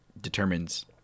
determines